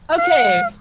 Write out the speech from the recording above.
okay